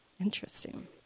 Interesting